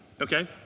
Okay